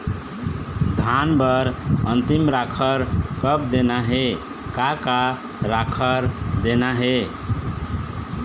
धान बर अन्तिम राखर कब देना हे, का का राखर देना हे?